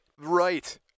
Right